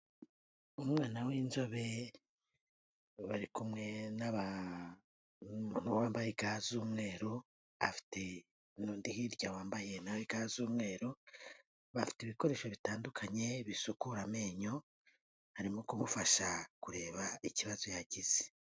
Umwana w'inzobe bari kumwe nmbaga z'umweru afited hirya wambaye naga z'umweru bafite ibikoresho bitandukanye bisukura amenyo harimo kumufasha kureba ikibazo yagize.